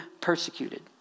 persecuted